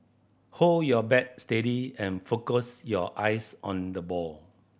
hold your bat steady and focus your eyes on the ball